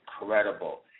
incredible